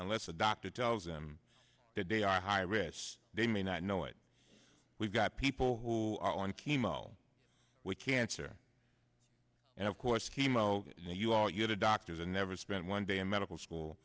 unless a doctor tells them that they are high risk they may not know it we've got people who are on chemo with cancer and of course chemo you are going to doctors are never spent one day in medical school